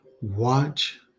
Watch